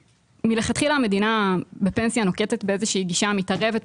מלכתחילה המדינה בפנסיה נוקטת באיזה שהיא גישה מתערבת,